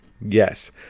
Yes